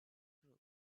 group